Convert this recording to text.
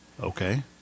Okay